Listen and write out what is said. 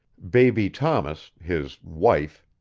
baby thomas, his wife,